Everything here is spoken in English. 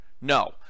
No